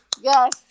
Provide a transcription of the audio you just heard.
yes